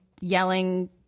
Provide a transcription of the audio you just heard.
yelling